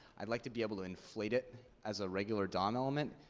i'd like to be able to inflate it as a regular dom element.